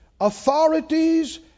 authorities